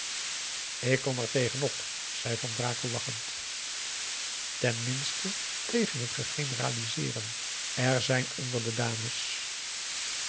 ik kom er tegen op zei van brakel lachend ten minste tegen het generaliseeren er zijn onder de dames